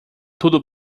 tudo